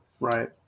right